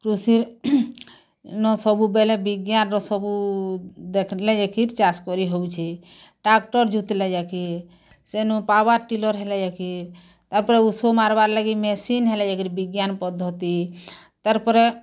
କୃଷି ନ ସବୁବେଲେ ବିଜ୍ଞାନ୍ ର ସବୁ ଦେଖଲେ ଦେଖିର୍ ଚାଷ୍ କରି ହଉଛି ଟ୍ରାକ୍ଟର୍ ଯୋଉଥି ଲାଗି ସେନୁ ପାୱାର୍ ଟିଲର୍ ହେଲେ ଯାଇକିରି ତା'ପରେ ଉଷୁ ମାରବାର୍ ଲାଗି ମେସିନ୍ ହେଲେ ଯାଇକିରି ବିଜ୍ଞାନ୍ ପଦ୍ଧତି ତାର୍ ପରେ